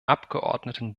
abgeordneten